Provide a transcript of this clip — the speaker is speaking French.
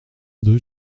deux